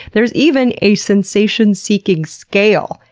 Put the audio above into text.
there's even a sensation seeking scale!